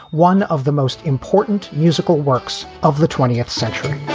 one of the most important musical works of the twentieth century.